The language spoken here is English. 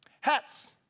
hats